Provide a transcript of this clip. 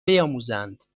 بیاموزند